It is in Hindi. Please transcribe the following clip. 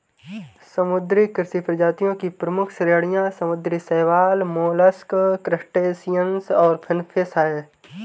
समुद्री कृषि प्रजातियों की प्रमुख श्रेणियां समुद्री शैवाल, मोलस्क, क्रस्टेशियंस और फिनफिश हैं